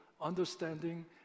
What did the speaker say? understanding